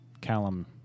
Callum